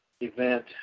event